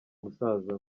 musaza